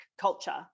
culture